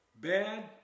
bad